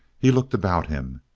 he looked about him.